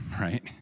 right